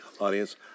audience